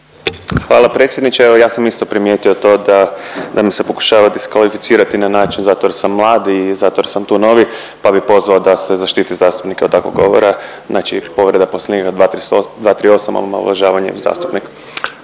Hvala predsjedniče. Evo ja sam isto primijetio to da me se pokušava diskvalificirati na način zato jer sam mlad i zato jer sam tu novi, pa bih pozvao da se zaštiti zastupnike od takvog govora. Znači povreda Poslovnika 238. omalovažavanje zastupnika.